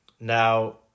now